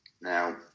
Now